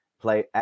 play